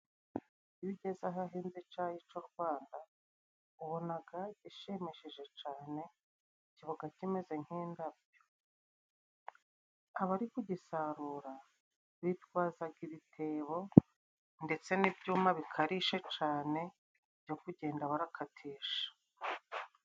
Iyo ugeze ahahinze icayi c'u Rwanda, ubonaga bishimishije cane kibaga kimeze nk'indabyo; abari kugisarura, bitwazaga ibitebo ndetse n'ibyuma bikarishe cane byo kugenda barakatisha.